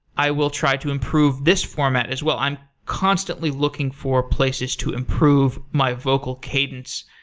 i will try to improve this format as well. i'm constantly looking for places to improve my vocal cadence.